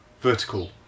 vertical